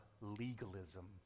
legalism